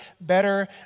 better